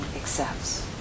accepts